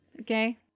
Okay